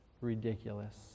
ridiculous